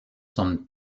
son